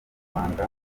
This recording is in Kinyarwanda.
rwanda